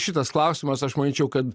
šitas klausimas aš manyčiau kad